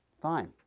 fine